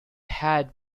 had